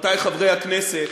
רבותי חברי הכנסת,